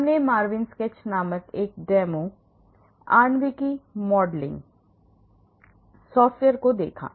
हमने Marvin Sketch नामक एक डेमो आणविक मॉडलिंग सॉफ्टवेयर को भी देखा